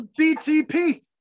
BTP